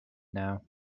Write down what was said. now